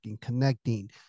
connecting